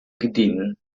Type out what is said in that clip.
gerdinen